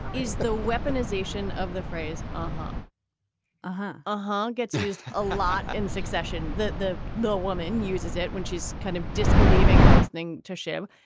is the weaponization of the phrase aha aha aha. gets used a lot in succession the the the woman uses it when she's kind of disbelieving and listening to share.